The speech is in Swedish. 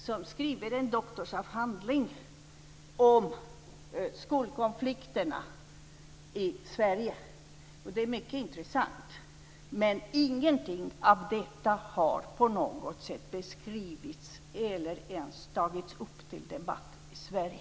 Han skriver en doktorsavhandling om skolkonflikterna i Sverige. Det är mycket intressant. Men ingenting av detta har på något sätt beskrivits eller ens tagits upp till debatt i Sverige.